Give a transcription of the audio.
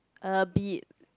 a bit